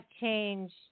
change